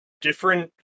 different